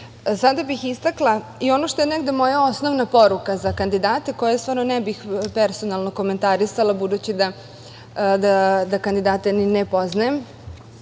bih istakla i ono što je negde moja osnovna poruka za kandidate, koje ne bih personalno komentarisala, budući da kandidate ne poznajem,